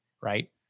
right